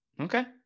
Okay